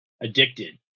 addicted